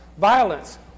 violence